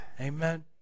Amen